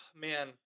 man